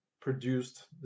produced